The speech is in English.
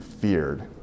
feared